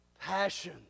passion